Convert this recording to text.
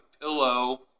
pillow